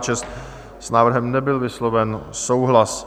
S návrhem nebyl vysloven souhlas.